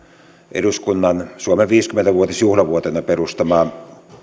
eduskunnan suomen viisikymmentä vuotisjuhlavuotena perustama